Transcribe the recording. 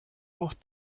auch